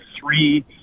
three